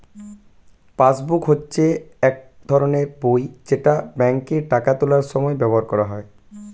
passbook হচ্ছে এক ধরনের বই যেটা ব্যাংকে টাকা তোলার সময় ব্যবহার করা হয়